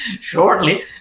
shortly